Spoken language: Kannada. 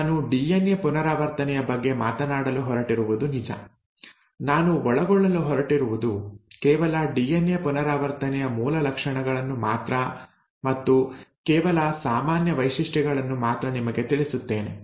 ಇಂದು ನಾನು ಡಿಎನ್ಎ ಪುನರಾವರ್ತನೆಯ ಬಗ್ಗೆ ಮಾತನಾಡಲು ಹೊರಟಿರುವುದು ನಿಜ ನಾನು ಒಳಗೊಳ್ಳಲು ಹೊರಟಿರುವುದು ಕೇವಲ ಡಿಎನ್ಎ ಪುನರಾವರ್ತನೆಯ ಮೂಲ ಲಕ್ಷಣಗಳನ್ನು ಮಾತ್ರ ಮತ್ತು ಕೇವಲ ಸಾಮಾನ್ಯ ವೈಶಿಷ್ಟ್ಯಗಳನ್ನು ಮಾತ್ರ ನಿಮಗೆ ತಿಳಿಸುತ್ತೇನೆ